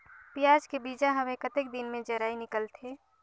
पियाज के बीजा हवे कतेक दिन मे जराई निकलथे?